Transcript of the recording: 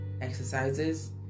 exercises